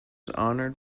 honored